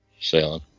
sailing